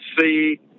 see